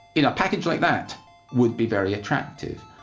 you know a package like that would be very attractive.